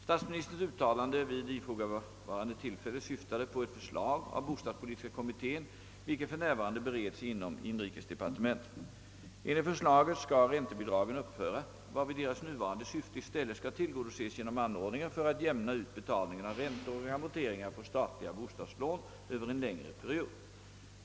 Statsministerns uttalande vid ifrågavarande tillfälle syftade på ett förslag av bostadspolitiska kommittén vilket för närvarande bereds inom inrikesdepartementet. Enligt förslaget skall räntebidragen upphöra, varvid deras nuvarande syfte i stället skall tillgodoses genom anordningar för att jämna ut betalningen av räntor och amorteringar på statliga bostadslån över en längre period.